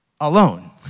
alone